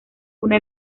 una